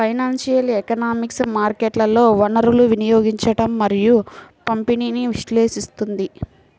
financial economics మార్కెట్లలో వనరుల వినియోగం మరియు పంపిణీని విశ్లేషిస్తుంది